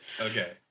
Okay